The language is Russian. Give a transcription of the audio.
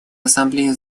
ассамблея